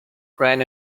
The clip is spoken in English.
ran